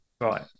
Right